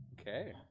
Okay